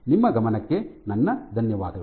ನಿಮ್ಮ ಗಮನಕ್ಕೆ ನನ್ನ ಧನ್ಯವಾದಗಳು